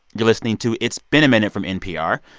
you're listening to it's been a minute from npr.